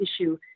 issue